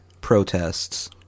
protests